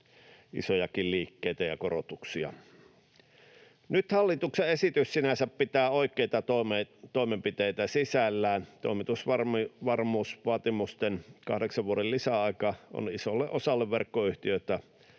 isojakin liikkeitä ja korotuksia. Nyt hallituksen esitys sinänsä pitää oikeita toimenpiteitä sisällään. Toimitusvarmuusvaatimusten 8 vuoden lisäaika on isolle osalle verkkoyhtiöitä